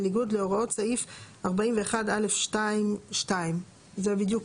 בניגוד להוראות סעיף 41(א2)(2);" זה בדיוק,